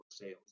sales